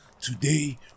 Today